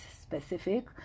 specific